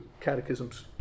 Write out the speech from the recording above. catechism's